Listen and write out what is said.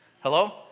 Hello